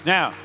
Now